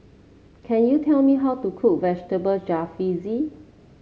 can you tell me how to cook Vegetable Jalfrezi